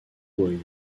ohio